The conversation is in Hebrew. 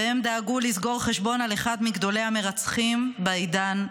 והם דאגו לסגור חשבון עם אחד מגדולי המרצחים בעידן הנוכחי.